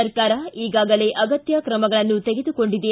ಸರ್ಕಾರ ಈಗಾಗಲೇ ಅಗತ್ಯ ತ್ರಮಗಳನ್ನು ತೆಗೆದುಕೊಂಡಿದೆ